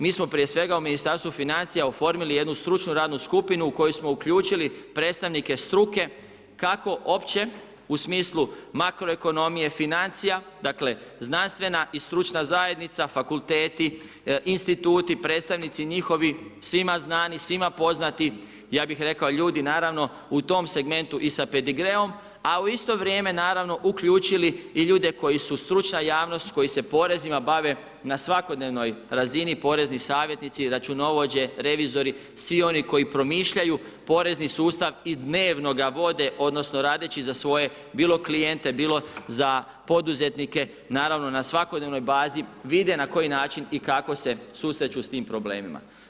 Mi smo prije svega u Ministarstvu financija oformili jednu stručnu radnu skupinu u koju smo uključili predstavnike struke kako opće u smislu makroekonomije, financija, dakle znanstvene i stručna zajednica, fakulteti, instituti, predstavnici njihovi, svima znani, svima poznati, ja bih rekao ljudi naravno u tom segmentu i sa pedigreom a u isto vrijeme naravno uključili i ljude koji su stručna javnost koji se porezima bave na svakodnevnoj razini, porezni savjetnici, računovođe, revizori, svi oni koji promišljaju porezni sustav i dnevno ga vode, odnosno radeći za svoje bilo klijente, bilo za poduzetnike, naravno na svakodnevnoj bazi, vide na koji način i kako se susreću s tim problemima.